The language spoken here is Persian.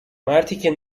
مرتیکه